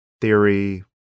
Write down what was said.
theory